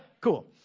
cool